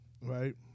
right